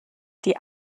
die